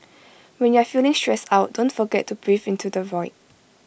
when you are feeling stressed out don't forget to breathe into the void